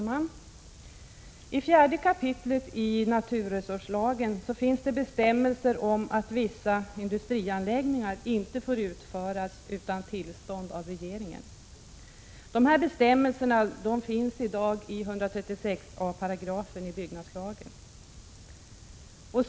Herr talman! I 4 kap. naturresurslagen finns bestämmelser om att vissa industrianläggningar inte får utföras utan tillstånd av regeringen. Dessa bestämmelser finns i dag i 136 a § i byggnadslagen.